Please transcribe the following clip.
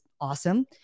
awesome